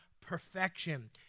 perfection